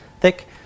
thick